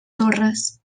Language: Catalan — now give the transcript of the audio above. torres